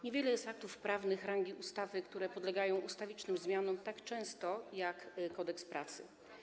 Niewiele jest aktów prawnych rangi ustawy, które podlegają ustawicznym zmianom tak często jak Kodeks pracy.